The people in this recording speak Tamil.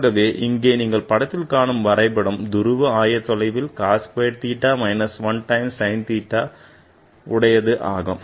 ஆகவே இங்கு நீங்கள் காணும் வரைபடம் துருவ ஆயதொலைவில் cos square theta minus 1 times sin theta உடையது ஆகும்